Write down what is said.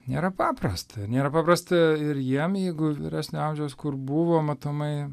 nėra paprasta nėra paprasta ir jiem jeigu vyresnio amžiaus kur buvo matomai